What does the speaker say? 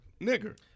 nigger